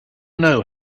know